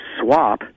swap